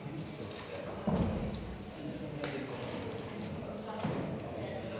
Tak,